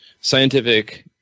scientific